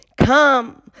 Come